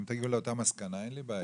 אם תגיעו לאותה מסקנה, אין לי בעיה.